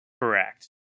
Correct